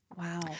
Wow